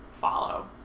follow